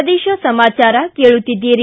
ಪ್ರದೇಶ ಸಮಾಚಾರ ಕೇಳುತ್ತೀದ್ದಿರಿ